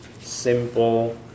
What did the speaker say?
simple